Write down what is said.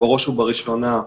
בראש ובראשונה,